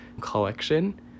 collection